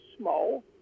small